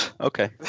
Okay